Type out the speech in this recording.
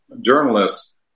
journalists